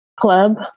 club